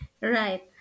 right